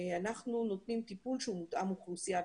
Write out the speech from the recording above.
אנחנו נותנים טיפול שהוא מותאם אוכלוסייה,